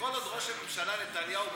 שכל עוד ראש הממשלה נתניהו בשלטון,